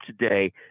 today